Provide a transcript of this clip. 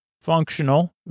functional